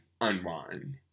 Unwind